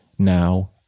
now